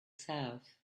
south